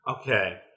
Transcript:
Okay